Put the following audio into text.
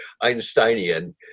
Einsteinian